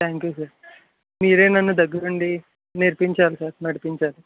thank you sir మీరే నన్ను దగ్గరుండి నేర్పించాలి సార్ నడిపించాలి